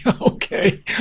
Okay